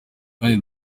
kandi